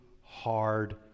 hard